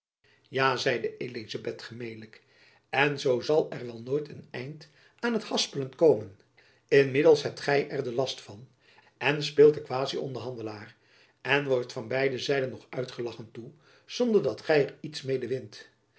ja zeide elizabeth gemelijk en zoo zal er wel nooit een eind aan t haspelen komen inmiddels hebt gy er den last van en speelt den quasi onder handelaar en wordt van beide zijden nog uitgelachen toe zonder dat gy er iets mede wint